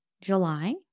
July